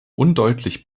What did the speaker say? undeutlich